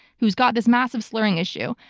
who's got this massive slurring issue.